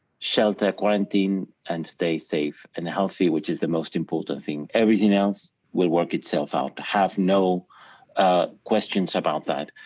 shelter quarantine and stay safe and healthy which is the most important thing. everything else will work itself out. have no questions about that,